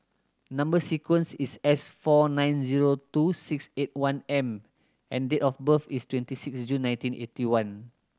number sequence is S four nine zero two six eight one M and date of birth is twenty six June nineteen eighty one